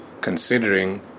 considering